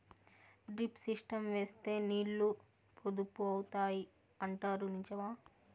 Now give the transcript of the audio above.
Drip system వేస్తే నీళ్లు పొదుపు అవుతాయి అంటారు నిజమా?